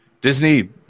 Disney